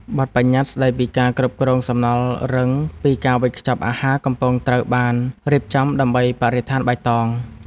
បទប្បញ្ញត្តិស្ដីពីការគ្រប់គ្រងសំណល់រឹងពីការវេចខ្ចប់អាហារកំពុងត្រូវបានរៀបចំដើម្បីបរិស្ថានបៃតង។